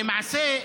למעשה,